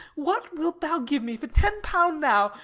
what wilt thou give me for ten pound now,